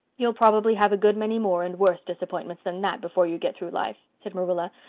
you'll probably have a good many more and worse disappointments than that before you get through life, said marilla,